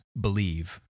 believe